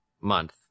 month